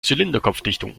zylinderkopfdichtung